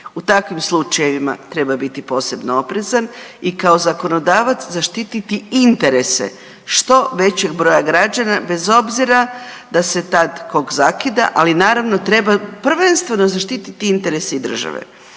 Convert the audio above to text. U takvim slučajevima treba biti posebno oprezan i kao zakonodavac zaštititi interese što većeg broja građana bez obzira da se tad kog zakida, ali naravno treba prvenstveno zaštititi interese države.